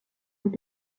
bout